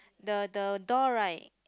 the the door right